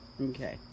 okay